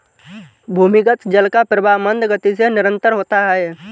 भूमिगत जल का प्रवाह मन्द गति से निरन्तर होता है